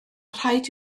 rhaid